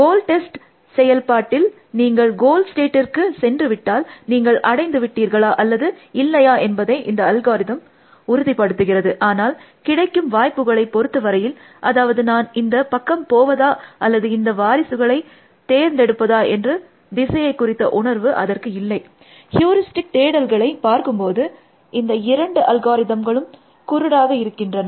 கோல் test செயல்பாட்டில் நீங்கள் goal ஸ்டேட்டிற்கு சென்று விட்டால் நீங்கள் அடைந்து விட்டீர்களா அல்லது இல்லையா என்பதை இந்த அல்காரிதம் உறுதிப்படுத்துகிறது ஆனால் கிடைக்கும் வாய்ப்புகளை பொறுத்த வரையில் அதாவது நான் இந்த பக்கம் போவதா அல்லது இந்த வாரிசுகளை தேர்ந்தெடுப்பதா என்று திசையை குறித்த உணர்வு அதற்கு இல்லை ஹியூரிஸ்டிக் தேடுதல்களை பார்க்கும்போது இந்த இரண்டு அல்காரிதம்களும் குருடாக இருக்கின்றன